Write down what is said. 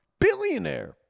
billionaire